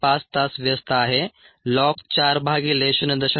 5 तास व्यस्त आहे ln 4 भागिले 0